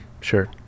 sure